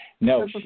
No